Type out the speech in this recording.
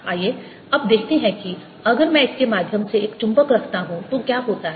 आइए अब देखते हैं कि अगर मैं इसके माध्यम से एक चुंबक रखता हूं तो क्या होता है